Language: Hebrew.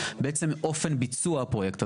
אופן ביצוע הפרויקט.